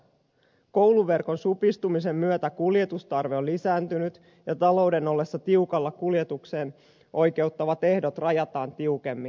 kouluverkon supistumisen myötä kuljetustarve on lisääntynyt ja talouden ollessa tiukalla kuljetukseen oikeuttavat ehdot rajataan tiukemmin